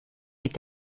mit